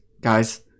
guys